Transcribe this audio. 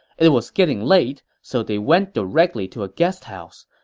it was getting late, so they went directly to a guest house.